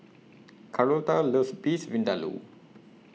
Carlota loves Beef Vindaloo